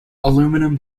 aluminium